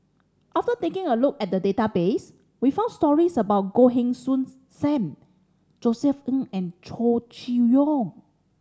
after taking a look at the database we found stories about Goh Heng Soon Sam Josef Ng and Chow Chee Yong